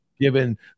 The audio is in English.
given